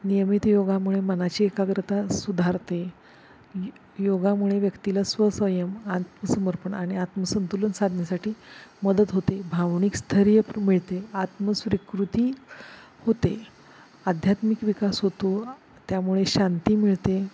नियमित योगामुळे मनाची एकाग्रता सुधारते योग योगामुळे व्यक्तीला स्वसंयम आत्मसमर्पण आणि आत्मसंतुलन साधण्यासाठी मदत होते भावनिक स्थैर्य पण मिळते आत्मस्वीकृती होते आध्यात्मिक विकास होतो त्यामुळे शांती मिळते